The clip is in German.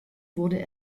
wurde